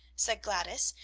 said gladys,